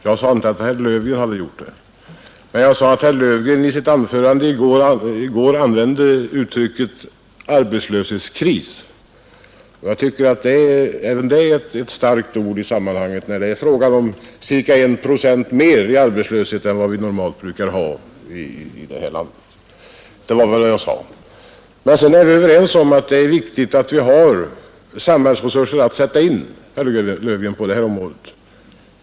Jag sade inte att herr Löfgren hade gjort det, men jag sade att herr Löfgren i sitt anförande i går använde uttrycket ”arbetslöshetskris”, och jag tycker att även det är ett starkt ord i sammanhanget, eftersom det nu är fråga om ca 1 procent större arbetslöshet än vad vi normalt brukar ha i det här landet. Men sedan, herr Löfgren, är vi överens om att det är viktigt att samhället har resurser att sätta in på detta område.